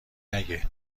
نگه